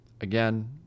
again